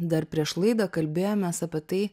dar prieš laidą kalbėjomės apie tai